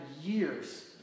years